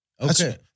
Okay